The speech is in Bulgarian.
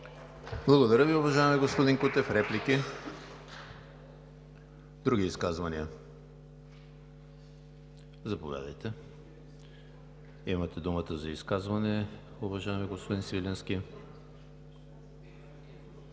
Благодаря Ви, Уважаеми господин Кутев. Реплики? Няма. Изказвания? Заповядайте, имате думата за изказване, уважаеми господин Свиленски.